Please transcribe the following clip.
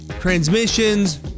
transmissions